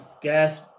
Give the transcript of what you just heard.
gas